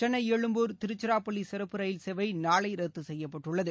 சென்னை எழும்பூர் திருச்சிராப்பள்ளி சிறப்பு ரயில் சேவை நாளை ரத்து செய்யப்பட்டுள்ளது